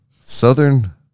Southern